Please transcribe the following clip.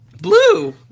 Blue